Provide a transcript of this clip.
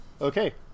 Okay